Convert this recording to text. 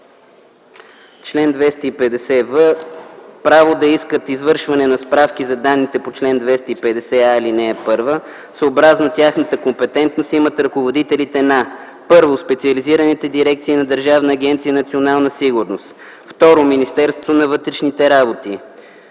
„Чл. 250в. (1) Право да искат извършване на справки за данните по чл. 250а, ал. , съобразно тяхната компетентност, имат ръководителите на: 1. специализираните дирекции на Държавна агенция „Национална сигурност”; 2. Министерството на вътрешните работи,